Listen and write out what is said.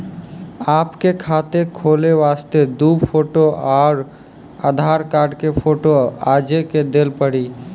आपके खाते खोले वास्ते दु फोटो और आधार कार्ड के फोटो आजे के देल पड़ी?